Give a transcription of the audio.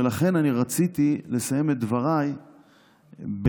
ולכן אני רציתי לסיים את דבריי בציטוט